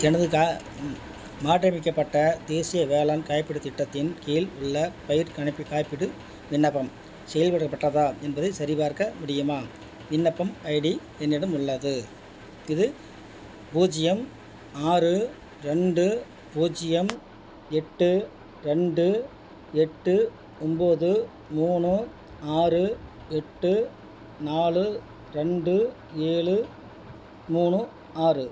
எனது கா மாற்றியமைக்கப்பட்ட தேசிய வேளாண் காப்பீடுத் திட்டத்தின் கீழ் உள்ள பயிர்க் கணக்கு காப்பீடு விண்ணப்பம் செயல்படப்பட்டதா என்பதைச் சரிபார்க்க முடியுமா விண்ணப்பம் ஐடி என்னிடம் உள்ளது இது பூஜ்ஜியம் ஆறு ரெண்டு பூஜ்ஜியம் எட்டு ரெண்டு எட்டு ஒம்பது மூணு ஆறு எட்டு நாலு ரெண்டு ஏழு மூணு ஆறு